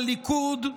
בליכוד,